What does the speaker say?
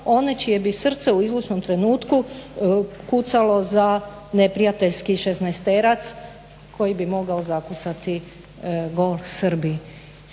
one čije bi srce u izlučnom trenutku kucalo za neprijateljski šesnaesterac koji bi mogao zakucati gol Srbiji."